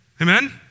Amen